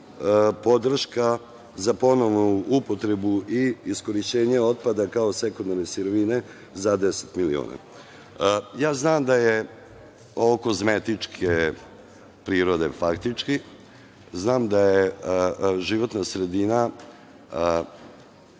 podrška za ponovnu upotrebu i iskorišćenje otpada kao sekundarne sirovine za 10 miliona. Znam da je ovo kozmetičke prirode faktički, znam da je životna sredina